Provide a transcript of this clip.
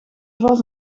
was